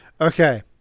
okay